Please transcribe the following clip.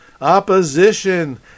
Opposition